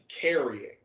carrying